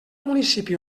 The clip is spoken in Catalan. municipi